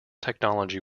technology